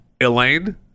Elaine